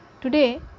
Today